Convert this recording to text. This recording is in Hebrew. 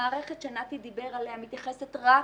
המערכת שנתי דיבר עליה מתייחסת רק